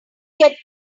get